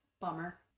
bummer